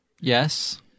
yes